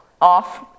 off